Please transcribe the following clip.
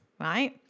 right